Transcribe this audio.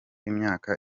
imyaka